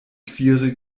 queere